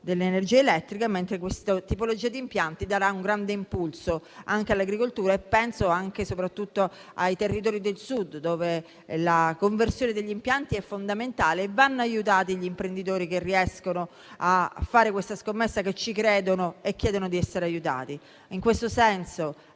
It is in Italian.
dell'energia elettrica, mentre questa tipologia di impianti darà un grande impulso anche all'agricoltura. Penso anche e soprattutto ai territori del Sud, dove la conversione degli impianti è fondamentale e dove vanno aiutati gli imprenditori che riescono a fare questa scommessa, perché ci credono e chiedono di essere aiutati. In questo senso